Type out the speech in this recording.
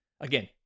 again